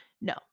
No